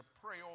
pray